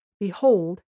Behold